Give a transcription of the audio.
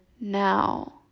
now